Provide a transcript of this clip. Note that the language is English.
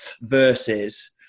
versus